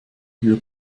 würde